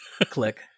click